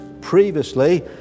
previously